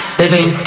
living